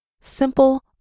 Simple